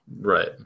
Right